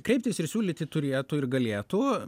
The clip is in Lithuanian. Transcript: kreiptis ir siūlyti turėtų ir galėtų